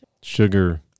Sugar